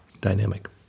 Dynamic